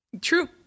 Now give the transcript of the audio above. True